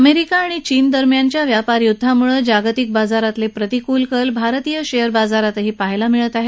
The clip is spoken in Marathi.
अमेरिका आणि चीन दरम्यानच्या व्यापार युद्धामुळं जागतिक बाजारातले प्रतिकूल कल भारतीय शेअर बाजारातही पहायला मिळत आहेत